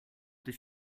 dich